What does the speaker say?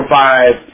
five